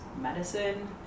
medicine